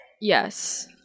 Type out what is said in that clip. Yes